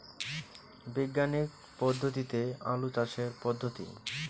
বিজ্ঞানিক পদ্ধতিতে আলু চাষের পদ্ধতি?